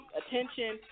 attention